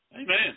Amen